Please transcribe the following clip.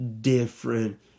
different